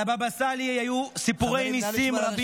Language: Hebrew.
על הבבא סאלי היו סיפורי ניסים רבים,